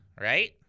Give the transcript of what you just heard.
right